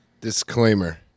Disclaimer